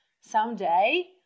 someday